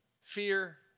fear